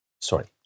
Sorry